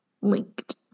linked